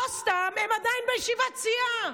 לא סתם הם עדיין בישיבת סיעה.